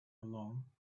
along